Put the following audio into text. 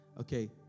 Okay